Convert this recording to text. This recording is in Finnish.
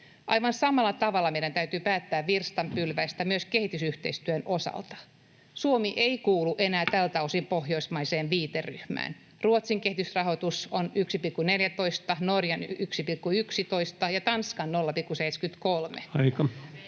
Aivan samalla tavalla meidän täytyy päättää virstanpylväistä myös kehitysyhteistyön osalta. Suomi ei kuulu enää tältä osin pohjoismaiseen viiteryhmään. Ruotsin kehitysrahoitus on 1,14 prosenttia, Norjan 1,11